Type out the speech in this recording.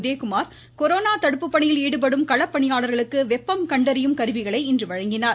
Udhayakumar corona தடுப்பு பணியில் ஈடுபடும் களப்பணியாளர்களுக்கு வெப்பம் கண்டறியும் கருவிகளை இன்று வழங்கினார்